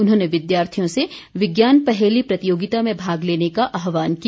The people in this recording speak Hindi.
उन्होंने विद्यार्थियों से विज्ञान पहेली प्रतियोगिता में भाग लेने का आहवान किया